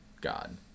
God